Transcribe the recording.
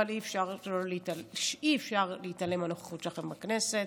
אבל אי-אפשר להתעלם מהנוכחות שלכם בכנסת.